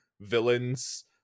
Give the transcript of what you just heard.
villains